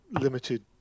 limited